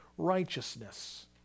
righteousness